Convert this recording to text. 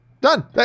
done